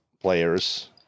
players